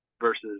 versus